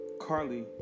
Carly